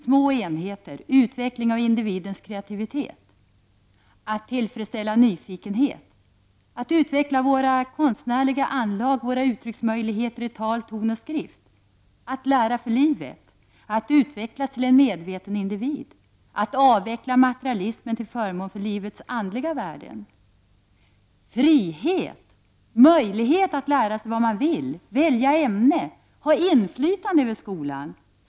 Små enheter, utveckling av individens kreativitet. Att tillfredsställa nyfikenhet. Att utveckla våra konstnärliga anlag, våra uttrycksmöjligheter i tal, ton och skrift. Att lära för livet. Att utvecklas till en medveten individ. Att avveckla materialismen till förmån för livets andliga värden. — Frihet! Möjlighet att lära sig vad man vill — välja ämne. Ha inflytande över skolan.